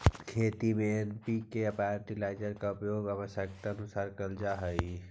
खेती में NPK fertiliser का उपयोग आवश्यकतानुसार करल जा हई